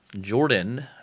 Jordan